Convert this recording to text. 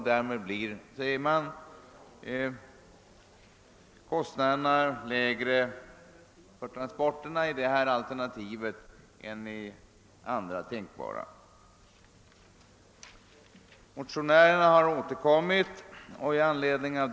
Därmed blir, heter det, kostnaderna lägre för transporterna enligt detta alternativ än enligt andra tänkbara alternativ. Motionärerna har återkommit i fräågan.